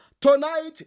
tonight